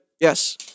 Yes